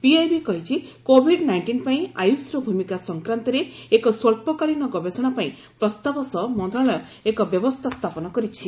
PIB କହିଛି Covid ନାଇକ୍ଷିନ୍ ପାଇଁ ଆୟୁଷର ଭୂମିକା ସଂକ୍ରାନ୍ତରେ ଏକ ସ୍ପଚ୍ଚକାଳୀନ ଗବେଷଣା ପାଇଁ ପ୍ରସ୍ତାବ ସହ ମନ୍ତଶାଳୟ ଏକ ବ୍ୟବସ୍ଥା ସ୍ଥାପନ କରିଛି